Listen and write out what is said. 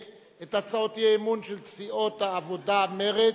את הצעות האי-אמון של סיעות העבודה מרצ,